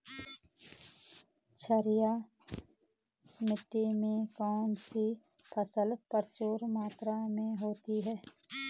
क्षारीय मिट्टी में कौन सी फसल प्रचुर मात्रा में होती है?